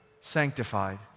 sanctified